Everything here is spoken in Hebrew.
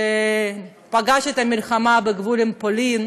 שפגש את המלחמה בגבול עם פולין,